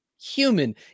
human